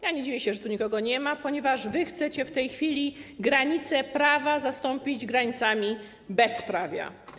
Ja nie dziwię się, że tu nikogo nie ma, ponieważ wy chcecie w tej chwili granice prawa zastąpić granicami bezprawia.